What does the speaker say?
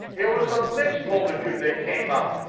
it was a mixed multitude that came out,